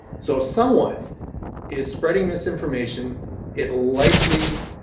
so if someone is spreading misinformation it likely